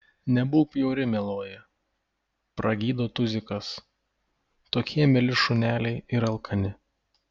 nebūk bjauri mieloji pragydo tuzikas tokie mieli šuneliai ir alkani